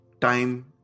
time